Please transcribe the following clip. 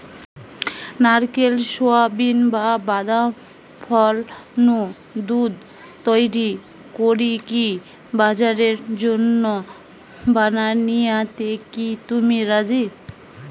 নারকেল, সুয়াবিন, বা বাদাম ফল নু দুধ তইরি করিকি বাজারের জন্য বানানিয়াতে কি তুমি রাজি?